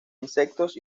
insectos